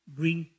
bring